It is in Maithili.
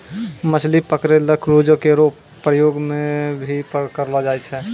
मछली पकरै ल क्रूजो केरो प्रयोग भी करलो जाय छै